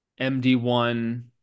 MD1